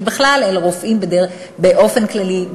ובכלל אל רופאים באופן כללי,